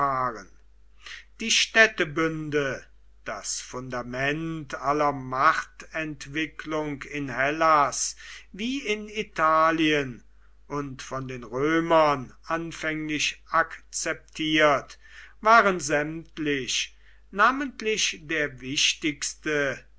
die städtebünde das fundament aller machtentwicklung in hellas wie in italien und von den römern anfänglich akzeptiert waren sämtlich namentlich der wichtigste